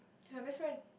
she's my best friend